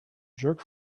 jerk